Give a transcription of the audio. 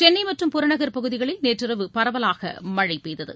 சென்னை மற்றும் புறநகர் பகுதிகளில் நேற்றிரவு பரவலாக மழை பெய்தது